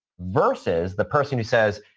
versus the person who says,